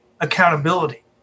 accountability